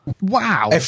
Wow